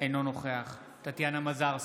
אינו נוכח טטיאנה מזרסקי,